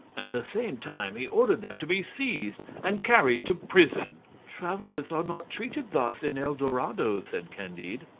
and at the same time he ordered them to be seized and carried to prison. travellers are not treated thus in el dorado, said candide.